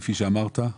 כפי שאמרת,